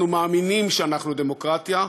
אנחנו מאמינים שאנחנו דמוקרטיה,